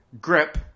grip